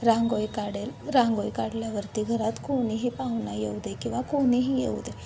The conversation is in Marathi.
रांगोळी काढेल रांगोळी काढल्यावरती घरात कोणीही पाहुणा येऊ दे किंवा कोणीही येऊ दे